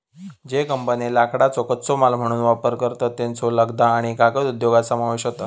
ज्ये कंपन्ये लाकडाचो कच्चो माल म्हणून वापर करतत, त्येंचो लगदा आणि कागद उद्योगात समावेश होता